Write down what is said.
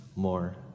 more